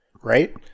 right